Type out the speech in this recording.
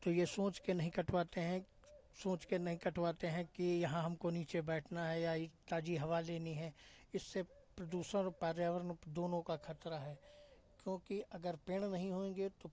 तो ये सोच के नहीं कटवाते हैं सोच के नहीं कटवाते हैं कि यहाँ हमको नीचे बैठना है या ये ताज़ी हवा लेनी है इससे प्रदूषण और पार्यावरण को दोनों का खतरा है क्योंकि अगर पेड़ नहीं होएंगे तो